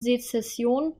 sezession